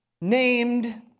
named